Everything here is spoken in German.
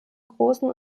großen